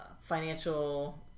financial